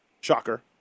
Shocker